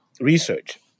Research